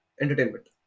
entertainment